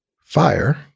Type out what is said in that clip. Fire